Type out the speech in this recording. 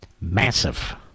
Massive